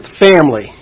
family